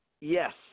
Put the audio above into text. Yes